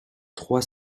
trois